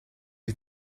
you